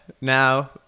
now